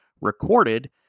recorded